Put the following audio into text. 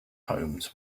homes